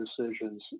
decisions